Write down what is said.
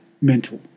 mental